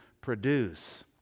produce